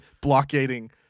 blockading